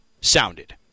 sounded